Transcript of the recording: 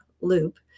loop